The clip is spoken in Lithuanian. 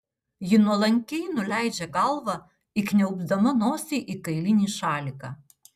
ji nuolankiai nuleidžia galvą įkniaubdama nosį į kailinį šaliką